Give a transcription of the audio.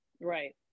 Right